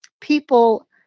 people